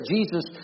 Jesus